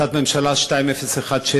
החלטת הממשלה מס' 2017,